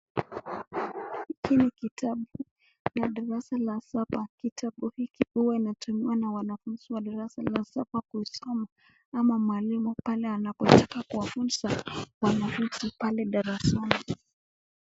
Hiki ni kitabu ya darasa la saba. Kitabu hiki huwa inatumiwa na wanafunzi wa darasa la saba kusoma ama mwalimu pale anapotaka kuwafunza wanafunzi pale darasani.